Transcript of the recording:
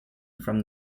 from